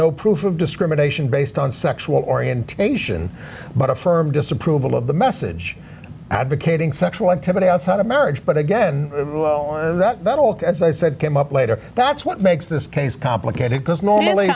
no proof of discrimination based on sexual orientation but a firm disapproval of the message out vacating sexual activity outside of marriage but again as i said came up later that's what makes this case complicated because normally